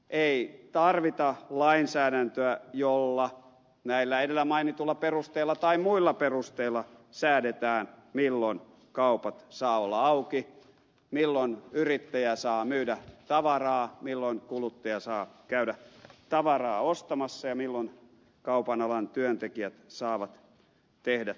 ei tarvita lainsäädäntöä jolla näillä edellä mainituilla perusteilla tai muilla perusteilla säädetään milloin kaupat saavat olla auki milloin yrittäjä saa myydä tavaraa milloin kuluttaja saa käydä tavaraa ostamassa ja milloin kaupan alan työntekijät saavat tehdä töitä